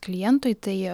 klientui tai